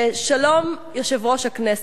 יושב-ראש הכנסת,